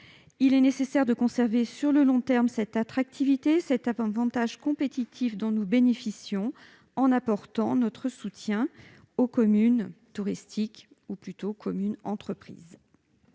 Il est nécessaire de conserver sur le long terme cette attractivité, cet avantage compétitif, en apportant notre soutien aux communes touristiques- ou plutôt « communes entreprises